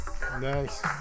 Nice